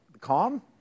calm